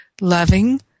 loving